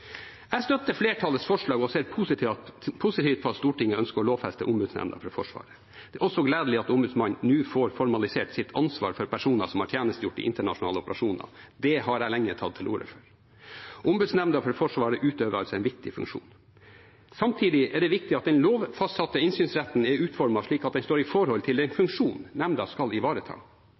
Jeg støtter flertallets forslag og ser positivt på at Stortinget ønsker å lovfeste Ombudsmannsnemnda for Forsvaret. Det er også gledelig at Ombudsmannen nå får formalisert sitt ansvar for personer som har tjenestegjort i internasjonale operasjoner; det har jeg lenge tatt til orde for. Ombudsmannsnemnda for Forsvaret utgjør altså en viktig funksjon. Samtidig er det viktig at den lovfastsatte innsynsretten er utformet slik at den står i forhold til den funksjonen nemnda skal ivareta.